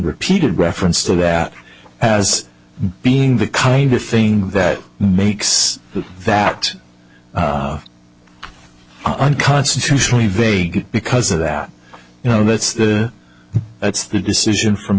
repeated reference to that as being the kind of thing that that makes unconstitutionally vague because of that you know that's the that's the decision from